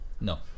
No